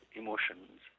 emotions